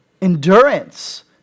endurance